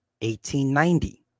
1890